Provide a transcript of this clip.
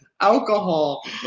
alcohol